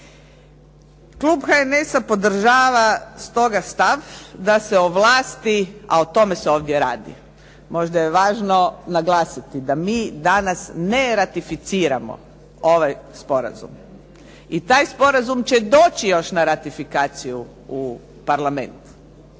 Klub HNS-a podržava stoga stav da se ovlasti, a o tome se ovdje radi, možda je važno naglasiti da mi danas ne ratificiramo ovaj sporazum i taj sporazum će doći još na ratifikaciju u Parlament.